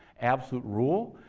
absolute rule,